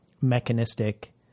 mechanistic